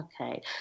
Okay